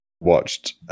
watched